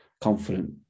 confident